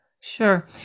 Sure